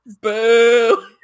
Boo